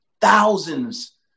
thousands